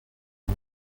بود